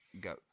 Go